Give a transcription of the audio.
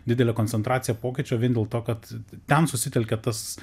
didelė koncentracija pokyčių vien dėl to kad ten susitelkia tas